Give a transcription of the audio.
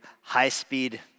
high-speed